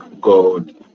God